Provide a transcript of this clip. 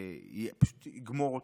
יגמור אותו,